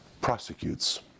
prosecutes